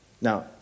Now